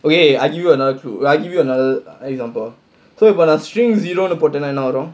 okay I give you another clue I give you another example so you gonna string zero போட்டேனா என்ன வரும்:pottaenaa enna varum